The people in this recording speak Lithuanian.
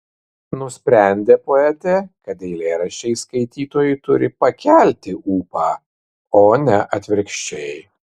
nusprendė poetė kad eilėraščiai skaitytojui turi pakelti ūpą o ne atvirkščiai